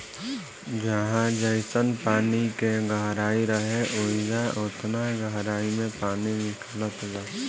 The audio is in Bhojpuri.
जहाँ जइसन पानी के गहराई रहे, ओइजा ओतना गहराई मे पानी निकलत बा